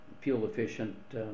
fuel-efficient